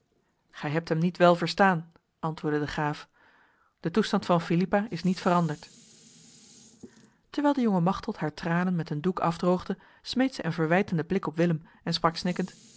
gij hebt hem niet wel verstaan antwoordde de graaf de toestand van philippa is niet veranderd terwijl de jonge machteld haar tranen met een doek afdroogde smeet zij een verwijtende blik op willem en sprak